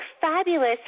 fabulous